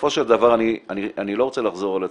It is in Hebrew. בסופו של דבר, אני לא רוצה לחזור על עצמי,